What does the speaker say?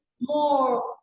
more